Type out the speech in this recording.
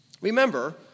Remember